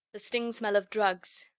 the sting-smell of drugs,